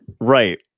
Right